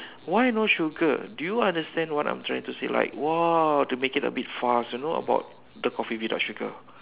why no sugar do you understand what I am trying to say like !wah! to make it a big fuss you know about the coffee without sugar